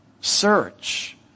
search